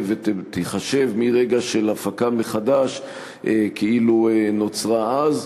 ותיחשב מרגע של הפקה מחדש כאילו נוצרה אז,